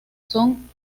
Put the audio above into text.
son